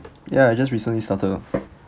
ya it just recently started